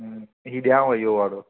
हूं हीअ ॾियांव इहो वारो